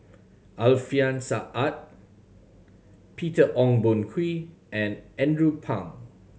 Alfian Sa'at Peter Ong Boon Kwee and Andrew Phang